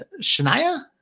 Shania